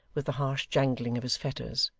with the harsh jangling of his fetters.